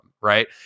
right